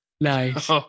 Nice